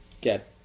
get